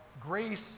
grace